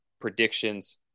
predictions